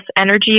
energy